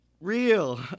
real